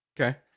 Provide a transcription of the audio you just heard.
Okay